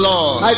Lord